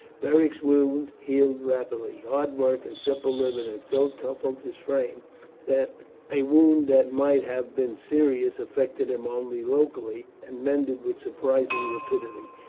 beric's wound healed rapidly. hard work and simple living had so toughened his frame that a wound that might have been serious affected him only locally, and mended with surprising rapidity.